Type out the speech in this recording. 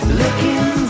looking